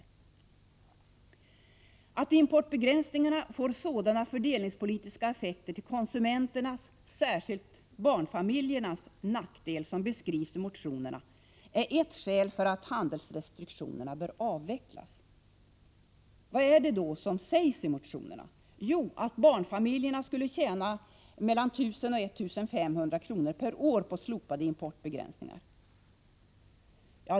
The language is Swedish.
I reservation 9 står även följande: ”Att importbegränsningarna får sådana fördelningspolitiska effekter till konsumenternas, särskilt barnfamiljernas, nackdel som beskrivs i motioner na är ytterligare ett skäl till att handelsrestriktionerna bör avvecklas.” Vad är det då som sägs i motionerna? Jo, att barnfamiljerna skulle tjäna 1000-1 500 kr. per år på slopade importbegränsningar.